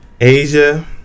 Asia